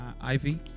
ivy